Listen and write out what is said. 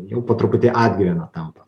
jau po truputį atgyvena tampa